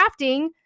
crafting